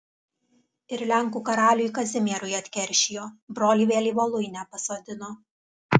ir lenkų karaliui kazimierui atkeršijo brolį vėl į voluinę pasodino